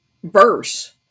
verse